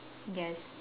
yes